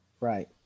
Right